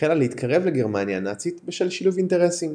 החלה להתקרב לגרמניה הנאצית בשל שילוב אינטרסים.